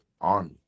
Army